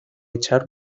echar